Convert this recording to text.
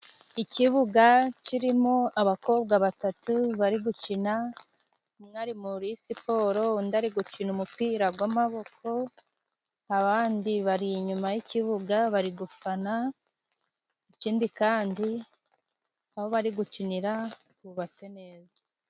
Ikibuga kirimo abakobwa batatu bari gukina umwe ari muri siporo, undi ari gukina umupira gw'amaboko abandi bari inyuma y'ikibuga bari gufana ,ikindi kandi aho bari gukinira hubatse neza.